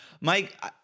Mike